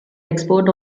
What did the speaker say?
expert